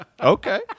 okay